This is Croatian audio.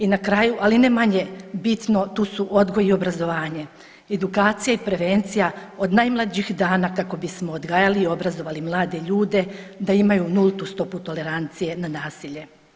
I na kraju, ali ne manje bitno tu su odgoj i obrazovanje, edukacija i prevencija od najmlađih dana kako bismo odgajali i obrazovali mlade ljude da imaju nultu stopu tolerancije na nasilje.